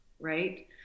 right